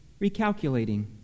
recalculating